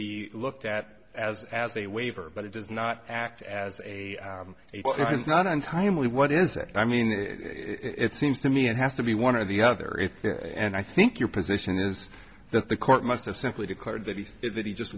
be looked at as as a waiver but it does not act as a it's not untimely what is it i mean it seems to me it has to be one or the other if and i think your position is that the court must have simply declared that he did that he just